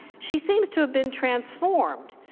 she seems to have been transformed.